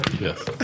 Yes